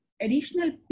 additional